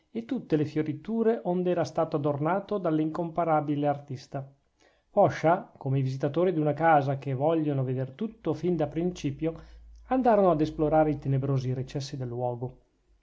e tutte le fioriture ond'era stato adornato dall'incomparabile artista poscia come i visitatori d'una casa che vogliono veder tutto fin da principio andarono ad esplorare i tenebrosi recessi